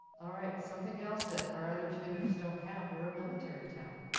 all right, something else that our other communities don't have. we're a military town.